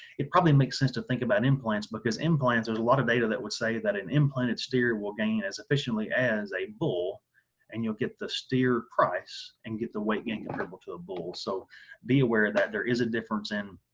it probably makes sense to think about implants because implants there's a lot of data that would say that an implanted steer will gain as efficiently as a bull and you'll get the steer price and get the weight gain comparable to a bull so be aware that there is a difference in